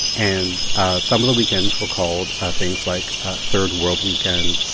and some of the weekends were called ah things like third world weekend